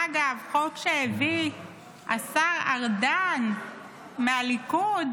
אגב, חוק שהביא השר ארדן מהליכוד.